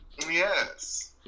Yes